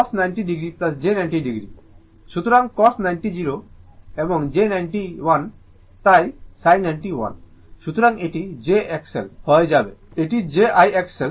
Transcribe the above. সুতরাং cos 90 0 এবংj sin 90 1 তাই sin 90 1 সুতরাং এটি j I XL হয়ে যাবে এটি j I XL